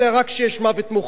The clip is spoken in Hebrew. אלא כשיש רק מוות מוחי.